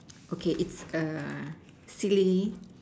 okay its a silly